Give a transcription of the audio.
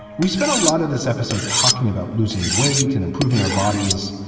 we spent a lot of this episode talking about losing weight and improving our bodies.